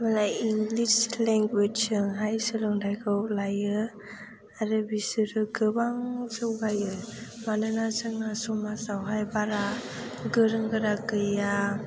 मालाय इंलिस लेंगुवेजजोंहाय सोलोंथायखौ लायो आरो बिसोरो गोबां जौगायो मानोना जोंहा समाजावहाय बारा गोरों गोरा गैया